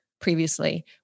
previously